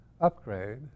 upgrade